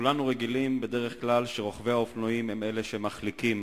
כולנו רגילים שרוכבי האופנועים הם אלה שמחליקים.